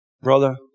brother